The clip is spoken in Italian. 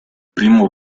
primo